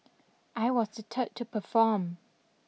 I was the third to perform